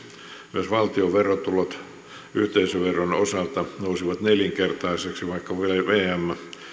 myös valtion verotulot yhteisöveron osalta nousivat nelinkertaisiksi vaikka vm